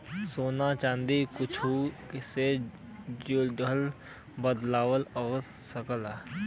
सोना चादी कुच्छो से जुड़ल बदलाव हो सकेला